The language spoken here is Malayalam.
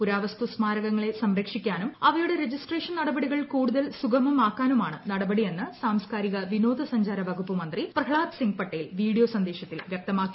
പുരാവസ്തു സ്മാരകങ്ങളെ സംരക്ഷിക്കാനും അവയുടെ രജിസ്ട്രേഷൻ നടപടികൾ കൂടുതൽ സുഗമമാക്കാനുമാണ് നടപടിയെന്ന് സാംസ്കാരിക വിനോദസഞ്ചാര വകുപ്പ് മന്ത്രി പ്രഹ്താദ് സിംഗ് പട്ടേൽ വീഡിയോ സന്ദേശത്തിൽ വ്യക്തമാക്കി